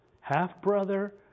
half-brother